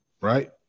Right